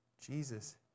Jesus